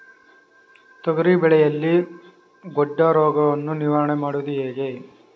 ತೊಗರಿ ಬೆಳೆಯಲ್ಲಿ ಗೊಡ್ಡು ರೋಗವನ್ನು ನಿವಾರಣೆ ಮಾಡುವುದು ಹೇಗೆ?